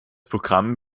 programm